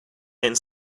and